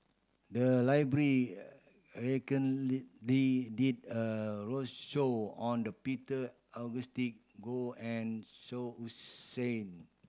the library did a roadshow on the Peter Augustine Goh and Shah Hussain